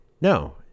No